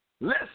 Listen